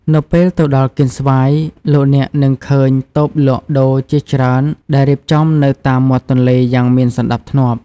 នៅពេលទៅដល់កៀនស្វាយ លោកអ្នកនឹងឃើញតូបលក់ដូរជាច្រើនដែលរៀបចំនៅតាមមាត់ទន្លេយ៉ាងមានសណ្តាប់ធ្នាប់។